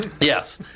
yes